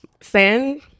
send